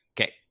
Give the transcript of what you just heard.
Okay